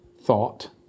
thought